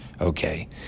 Okay